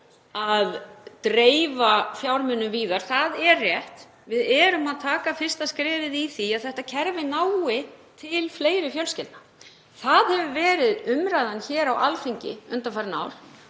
að dreifa fjármunum víðar. Það er rétt. Við erum að taka fyrsta skrefið í því að þetta kerfi nái til fleiri fjölskyldna. Það hefur verið umræðan hér á Alþingi undanfarin ár.